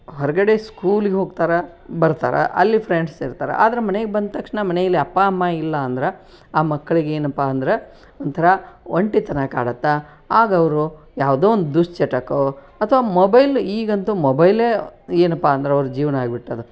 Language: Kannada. ಹೊರಗಡೆ ಸ್ಕೂಲಿಗೆ ಹೋಗ್ತಾರೆ ಬರ್ತಾರೆ ಅಲ್ಲಿ ಫ್ರೆಂಡ್ಸ್ ಇರ್ತಾರೆ ಆದ್ರೆ ಮನೆಗೆ ಬಂದ ತಕ್ಷಣ ಮನೆಯಲ್ಲಿ ಅಪ್ಪ ಅಮ್ಮ ಇಲ್ಲ ಅಂದ್ರೆ ಆ ಮಕ್ಳಿಗೆ ಏನಪ್ಪಾ ಅಂದ್ರೆ ಒಂಥರಾ ಒಂಟಿತನ ಕಾಡುತ್ತೆ ಆಗ ಅವರು ಯಾವುದೋ ಒಂದು ದುಶ್ಚಟಕ್ಕೋ ಅಥ್ವಾ ಮೊಬೈಲ್ ಈಗಂತೂ ಮೊಬೈಲೇ ಏನಪ್ಪಾ ಅಂದ್ರೆ ಅವ್ರ ಜೀವನ ಆಗ್ಬಿಟ್ಟಿದೆ